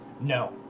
No